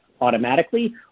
automatically